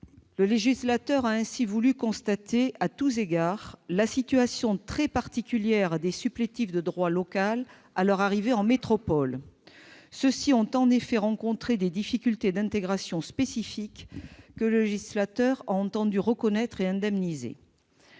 Le législateur a ainsi voulu constater, à tous égards, la situation très particulière des supplétifs de droit local à leur arrivée en métropole. Ceux-ci ont en effet rencontré des difficultés d'intégration spécifique, que le législateur a entendu reconnaître et indemniser.